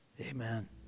amen